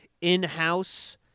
in-house